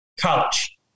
college